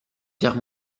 guerre